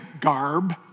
garb